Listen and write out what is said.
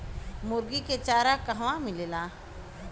मुर्गी के चारा कहवा मिलेला?